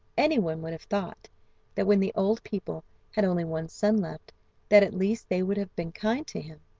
anyone would have thought that when the old people had only one son left that at least they would have been kind to him,